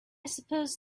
suppose